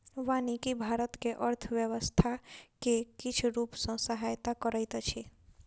वानिकी भारत के अर्थव्यवस्था के किछ रूप सॅ सहायता करैत अछि